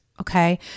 Okay